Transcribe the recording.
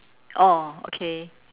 oh okay